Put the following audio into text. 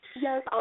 Yes